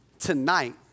Tonight